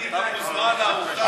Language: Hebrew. אתה מוזמן לארוחה גדולה אצלי מחר במשרד.